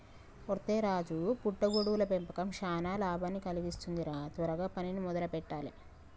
ఒరై రాజు పుట్ట గొడుగుల పెంపకం చానా లాభాన్ని కలిగిస్తుంది రా త్వరగా పనిని మొదలు పెట్టాలే